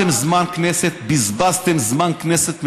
משכתם זמן כנסת, בזבזתם זמן כנסת מיותר.